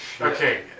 Okay